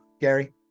Gary